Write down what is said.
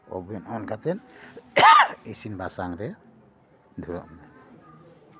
oven ᱚᱱ ᱠᱟᱛᱮᱫ ᱤᱥᱤᱱ ᱵᱟᱥᱟᱝ ᱨᱮ ᱫᱷᱩᱨᱟᱹᱜ ᱢᱮ